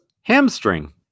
Hamstring